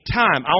time